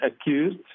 accused